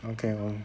okay [one]